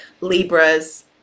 libras